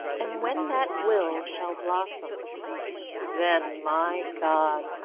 and when that will shall blossom then, my god,